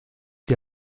die